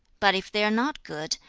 but if they are not good,